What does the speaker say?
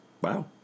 Wow